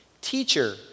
Teacher